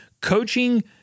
coaching –